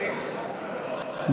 ומימון מפלגות,